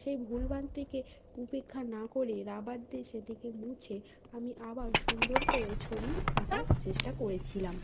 সেই ভুলভ্রান্তিকে উপেক্ষা না করে রাবার দিয়ে সেটিকে মুছে আমি আবার সুন্দর করে ছবি আঁকার চেষ্টা করেছিলাম